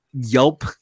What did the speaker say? Yelp